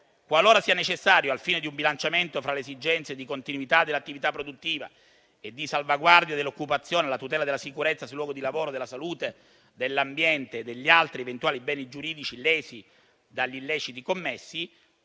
Qualora sia necessario al fine di un bilanciamento fra le esigenze di continuità dell'attività produttiva e di salvaguardia dell'occupazione e della tutela della sicurezza sul luogo di lavoro, della salute, dell'ambiente e degli altri eventuali beni giuridici lesi dagli illeciti commessi,